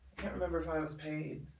can't remember if i was paid.